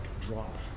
drop